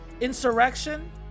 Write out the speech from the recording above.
insurrection